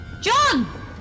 John